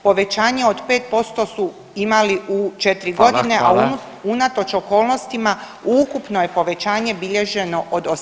Povećanje od 5% su imali u 4 godini, a unatoč okolnostima ukupno je povećanje bilježeno od 18%